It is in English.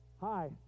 Hi